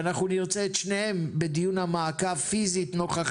אנחנו נרצה את שניהם פיזית נוכחים בדיון המעקב בכנסת.